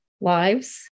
lives